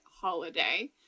holiday